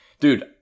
dude